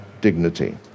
dignity